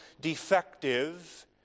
defective